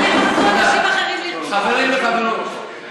חברים וחברות,